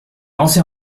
lancer